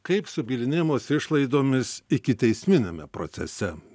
kaip su bylinėjimosi išlaidomis ikiteisminiame procese